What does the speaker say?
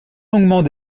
longuement